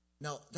Now